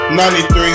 93